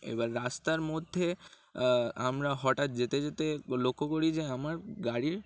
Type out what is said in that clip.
এবার রাস্তার মধ্যে আমরা হঠাৎ যেতে যেতে লক্ষ্য করি যে আমার গাড়ির